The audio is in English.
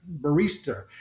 barista